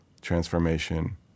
transformation